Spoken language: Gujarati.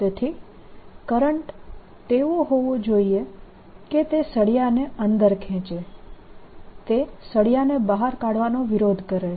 તેથી કરંટ તેવો હોવો જોઈએ કે તે સળિયાને અંદર ખેંચે તે સળિયાને બહાર કરવાનો વિરોધ કરે છે